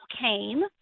came